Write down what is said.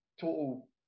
total